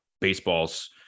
baseball's